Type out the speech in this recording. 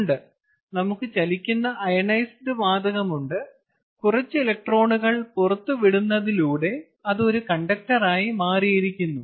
ഉണ്ട് നമുക്ക് ചലിക്കുന്ന അയോണൈസ്ഡ് വാതകമുണ്ട് കുറച്ച് ഇലക്ട്രോണുകൾ പുറത്തുവിടുന്നതിലൂടെ അത് ഒരു കണ്ടക്ടറായി മാറിയിരിക്കുന്നു